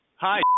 Hi